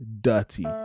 dirty